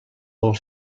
molt